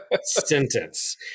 sentence